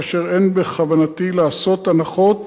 ואין בכוונתי לעשות הנחות